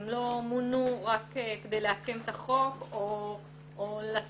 הם לא מונו רק כדי לעקם את החוק או לתת